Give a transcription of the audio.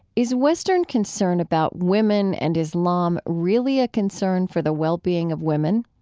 is western concern about women and islam really a concern for the well-being of women?